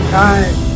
time